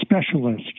specialist